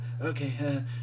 okay